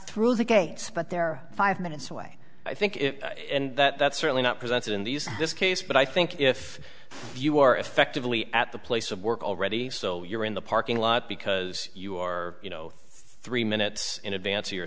through the gates but they're five minutes away i think and that's certainly not presented in these this case but i think if you are effectively at the place of work already so you're in the parking lot because you are you know three minutes in advance your